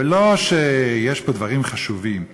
ולא שיש פה דברים חשובים להיום,